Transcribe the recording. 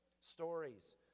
Stories